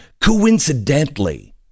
coincidentally